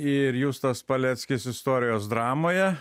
ir justas paleckis istorijos dramoje